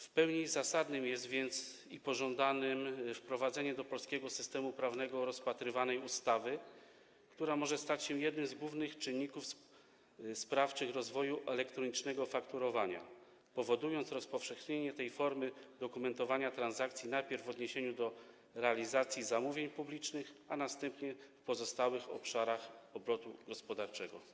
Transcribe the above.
W pełni zasadnym i pożądanym jest więc wprowadzenie do polskiego systemu prawnego rozpatrywanej ustawy, która może stać się jednym z głównych czynników sprawczych rozwoju elektronicznego fakturowania, powodując rozpowszechnienie tej formy dokumentowania transakcji najpierw w odniesieniu do realizacji zamówień publicznych, a następnie w pozostałych obszarach obrotu gospodarczego.